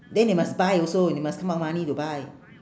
then they must buy also they must come out money to buy